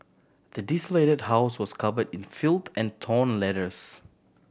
the desolated house was covered in filth and torn letters